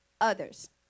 others